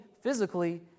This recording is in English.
physically